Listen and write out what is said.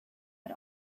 had